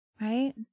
right